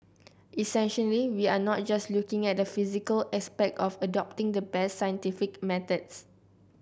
essentially we are not just looking at the physical aspect of adopting the best scientific methods